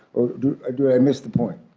or do i do i miss the point?